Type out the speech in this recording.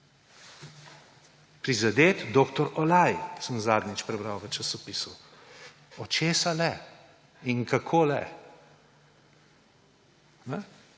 Prizadet dr. Olaj, sem zadnjič prebral v časopisu. Od česa le in kako le?